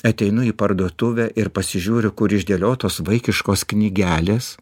ateinu į parduotuvę ir pasižiūriu kur išdėliotos vaikiškos knygelės